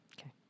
Okay